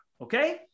okay